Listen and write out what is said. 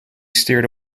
steered